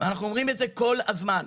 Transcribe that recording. אנחנו אומרים את זה כל הזמן.